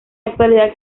actualidad